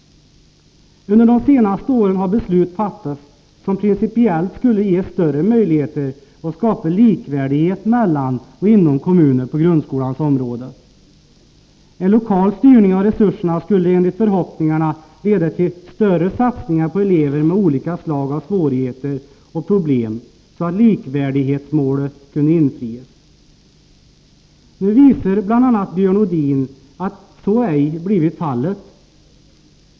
Under de senaste åren har beslut fattats som principiellt skulle ge större möjligheter att skapa likvärdighet mellan och inom kommuner på grundskolans område. En lokal styrning av resurserna skulle enligt förhoppningarna leda till större satsningar på elever med olika slag av svårigheter och problem, så att likvärdighetsmålet kunde infrias. Nu visar bl.a. Björn Odin att så ej blivit fallet.